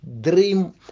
dream